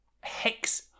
HEX